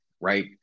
right